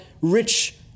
rich